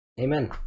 Amen